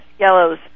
yellows